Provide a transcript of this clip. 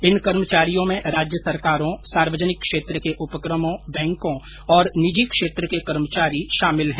इन कर्मचारियों में राज्य सरकारों सार्वजनिक क्षेत्र के उपक्रमों बैंकों और निजी क्षेत्र के कर्मचारी शामिल हैं